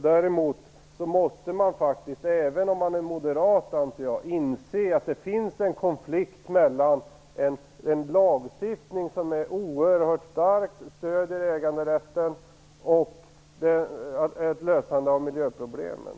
Däremot måste man, även om man är moderat, inse att det finns en konflikt mellan en lagstiftning som på ett oerhört starkt sätt stöder äganderätten och ett lösande av miljöproblemen.